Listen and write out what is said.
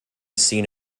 seen